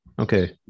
Okay